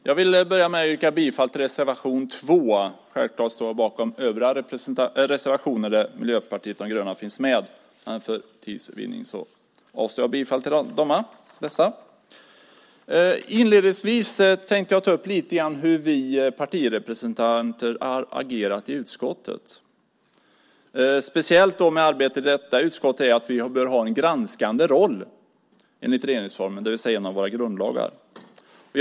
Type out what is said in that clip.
Fru talman! Jag börjar med att yrka på godkännande av anmälan i reservation 2. Självfallet står jag bakom också övriga reservationer där Miljöpartiet de gröna finns med men för tids vinnande avstår jag från att yrka på godkännande av dessa. Inledningsvis tänkte jag ta upp lite grann om hur vi partirepresentanter har agerat i utskottet. Speciellt med arbetet i detta utskott är att vi enligt regeringsformen, det vill säga en av våra grundlagar, bör ha en granskande roll.